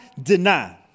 deny